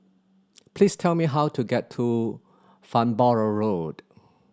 please tell me how to get to Farnborough Road